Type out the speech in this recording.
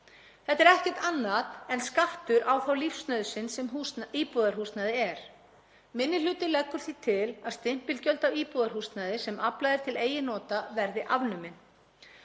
Þetta er ekkert annað en skattur á þá lífsnauðsyn sem íbúðarhúsnæði er. 2. minni hluti leggur því til að stimpilgjöld af íbúðarhúsnæði sem aflað er til eigin nota verði afnumin.